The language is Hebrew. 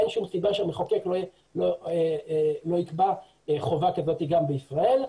ואין שום סיבה שהמחוקק לא יקבע חובה כזאת גם בישראל.